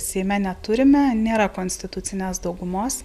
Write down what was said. seime neturime nėra konstitucinės daugumos